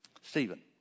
Stephen